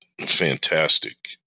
fantastic